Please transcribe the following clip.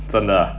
真的